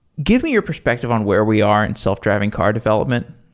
give me your perspective on where we are in self-driving car development